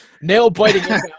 nail-biting